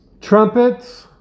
Trumpets